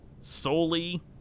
solely